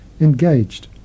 engaged